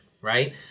right